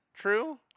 true